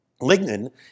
Lignin